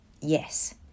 yes